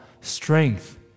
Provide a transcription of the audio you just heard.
strength